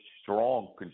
strong